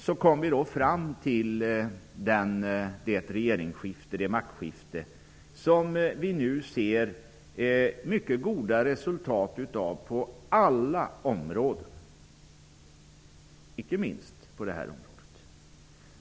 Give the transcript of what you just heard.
Så kom vi fram till det maktskifte som nu har gett mycket goda resultat av alla områden, icke minst på det kriminalpolitiska området.